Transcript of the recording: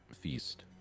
Feast